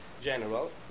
general